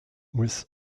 with